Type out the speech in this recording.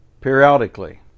periodically